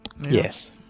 Yes